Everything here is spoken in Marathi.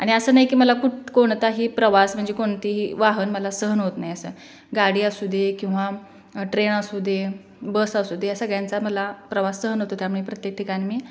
आणि असं नाही की मला कुठं कोणताही प्रवास म्हणजे कोणतेही वाहन मला सहन होत नाही असं गाडी असू दे किंवा ट्रेन असू दे बस असू दे या सगळ्यांचा मला प्रवास सहन होतो त्यामुळे प्रत्येक ठिकाणी मी